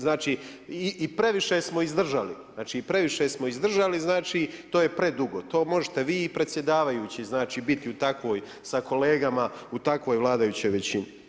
Znači i previše smo izdržali, znači i previše smo izdržali, znači to je predugo, to možete vi i predsjedavajući znači biti u takvoj, sa kolegama u takvoj vladajućoj većini.